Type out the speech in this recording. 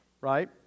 right